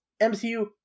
mcu